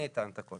אני אטען את הכול.